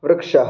वृक्षः